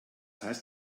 heißt